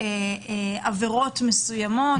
בעברות מסוימות.